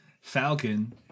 falcon